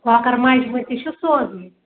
کۄکَر مَجمہٕ تہِ چھا سوزُن